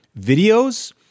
videos